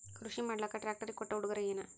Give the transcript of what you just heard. ಕೃಷಿ ಮಾಡಲಾಕ ಟ್ರಾಕ್ಟರಿ ಕೊಟ್ಟ ಉಡುಗೊರೆಯೇನ?